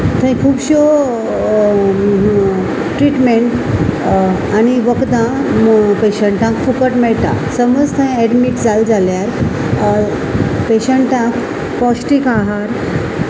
थंय खुबश्यो ट्रिटमेंट आनी वखदां पेशंटाक फुकट मेळटा समज थंय एडमीट जाले जाल्यार पेशंटाक पौश्टीक आहार